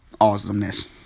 awesomeness